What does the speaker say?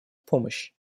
помощь